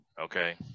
okay